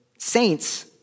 saints